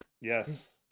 Yes